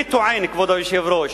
אני טוען, כבוד היושב-ראש,